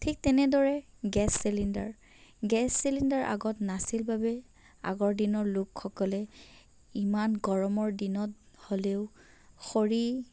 ঠিক তেনেদৰে gas cylinder gas cylinder আগত নাছিল বাবেই আগৰ দিনৰ লোকসকলে ইমান গৰমৰ দিনত হ'লেও খৰি